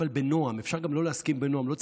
אבל בנועם,